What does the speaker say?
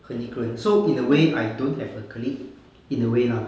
很一个人 and so in a way I don't have a colleague in the way lah